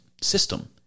system